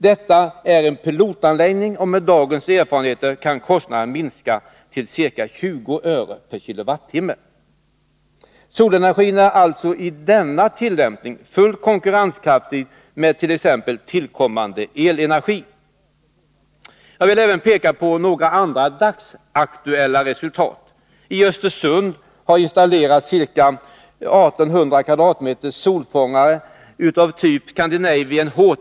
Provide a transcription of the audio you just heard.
Detta är en pilotanläggning, och med dagens erfarenheter kan kostnaden minskas till ca 20 öre per kWh. Solenergin är alltså i denna tillämpning fullt konkurrenskraftig med t.ex. tillkommande elenergi. Jag vill också peka på några andra dagsaktuella resultat. I Östersund har installerats ca 1 800 m? solfångare av typ Scandinavian HT.